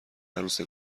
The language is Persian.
عروس